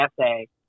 essay